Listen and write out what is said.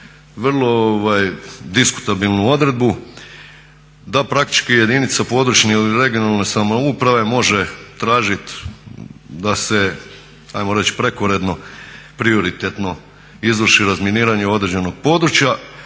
vrlo diskutabilnu odredbu da praktički jedinice područne ili regionalne samouprave može tražiti da se ajmo reći prioritetno izvrši razminiranje određenog područja,